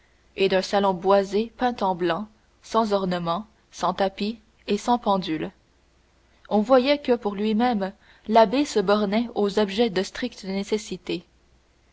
et d'un salon boisé peint en blanc sans ornements sans tapis et sans pendule on voyait que pour lui-même l'abbé se bornait aux objets de stricte nécessité